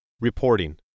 Reporting